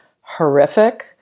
horrific